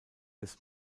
des